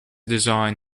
design